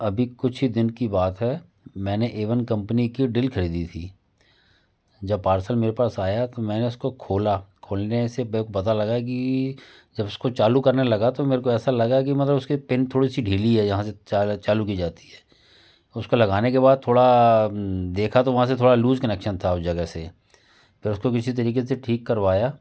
अभी कुछ ही दिन की बात है मैंने ए वन कम्पनी की डील ख़रीदी थी जब पार्सल मेरे पास आया तो मैंने उसको खोला खोलने से बे पता लगा कि जब उसको चालू करने लगा तो मेरे को ऐसा लगा कि मतलब उसके पिन थोड़ी सी ढ़ीली है यहाँ से चालू की जाती है उसको लगाने के बाद थोड़ा देखा तो वहाँ से थोड़ा लूज़ कनेक्शन था उस जगह से फिर उसको किसी तरीक़े से ठीक करवाया